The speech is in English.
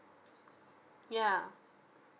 yeah